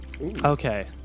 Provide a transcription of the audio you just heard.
Okay